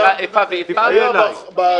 נעשתה בדיקה עם התאגידים, כל התאגידים הסכימו.